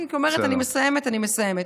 אני אומרת שאני מסיימת, אני מסיימת.